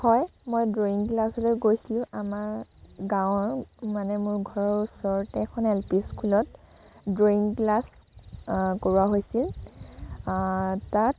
হয় মই ড্ৰয়িং ক্লাছলৈ গৈছিলোঁ আমাৰ গাঁৱৰ মানে মোৰ ঘৰৰ ওচৰতে এখন এল পি স্কুলত ড্ৰয়িং ক্লাছ কৰোৱা হৈছিল তাত